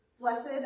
blessed